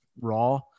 raw